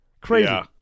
Crazy